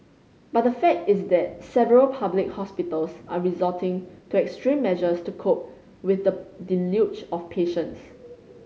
but the fact is that several public hospitals are resorting to extreme measures to cope with the deluge of patients